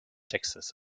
texas